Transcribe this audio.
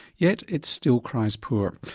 yet it still cries poor.